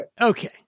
Okay